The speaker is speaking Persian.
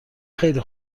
خیلی